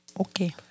Okay